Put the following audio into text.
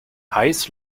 heiß